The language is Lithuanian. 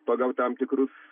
pagal tam tikrus